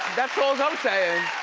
that's all i'm sayin'.